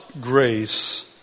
grace